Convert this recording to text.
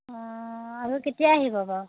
অঁ আকৌ কেতিয়া আহিব বাৰু